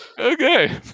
Okay